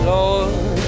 Lord